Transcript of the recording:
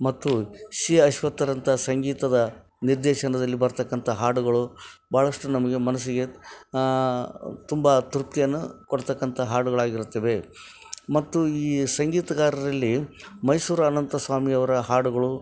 ಮತ್ತು ಶೀ ಅಶ್ವತ್ಥ್ರಂಥ ಸಂಗೀತದ ನಿರ್ದೇಶನದಲ್ಲಿ ಬರತಕ್ಕಂಥ ಹಾಡುಗಳು ಭಾಳಷ್ಟು ನಮಗೆ ಮನಸ್ಸಿಗೆ ತುಂಬ ತೃಪ್ತಿಯನ್ನು ಕೊಡತಕ್ಕಂಥ ಹಾಡುಗಳಾಗಿರುತ್ತವೆ ಮತ್ತು ಈ ಸಂಗೀತಗಾರರಲ್ಲಿ ಮೈಸೂರು ಅನಂತಸ್ವಾಮಿಯವರ ಹಾಡುಗಳು